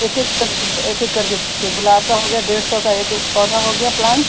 एक एक कर ब एक एक करके पूछिए गुलाब का हो गया डेढ़ सौ का एक पौधा हो गया प्लांट